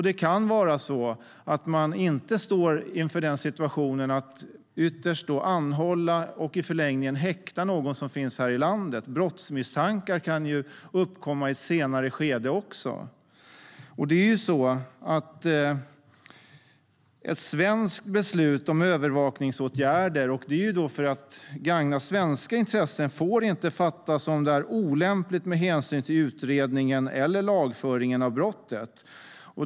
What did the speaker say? Det kan vara på det sättet att man inte står inför situationen att ytterst anhålla och i förlängningen häkta någon som finns här i landet. Brottsmisstankar kan uppkomma även i ett senare skede. För att gagna svenska intressen "ska ett svenskt beslut om övervakningsåtgärder inte få fattas om det är olämpligt med hänsyn till utredningen eller lagföringen av brottet".